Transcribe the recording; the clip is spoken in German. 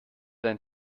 dein